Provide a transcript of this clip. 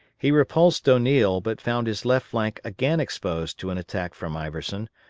he repulsed o'neill, but found his left flank again exposed to an attack from iverson,